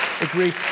agree